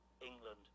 England